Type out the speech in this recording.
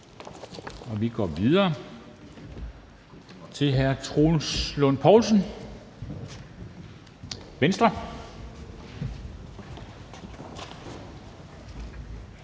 vi går videre til hr. Troels Lund Poulsen, Venstre.